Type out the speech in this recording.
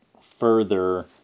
further